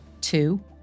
Two